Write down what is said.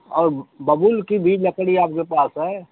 और बबूल की भी लकड़ी आपके पास है